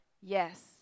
Yes